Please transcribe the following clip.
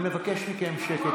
אני מבקש מכם שקט.